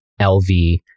LV